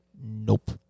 Nope